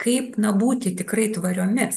kaip na būti tikrai tvariomis